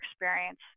experience